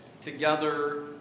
together